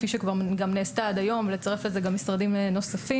כפי שכבר גם נעשתה עד היום ולצרף לזה גם משרדים נוספים.